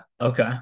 Okay